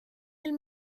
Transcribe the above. del